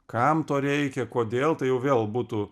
kam to reikia kodėl tai jau vėl būtų